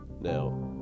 Now